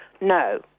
No